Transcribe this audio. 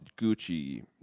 Gucci